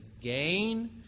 gain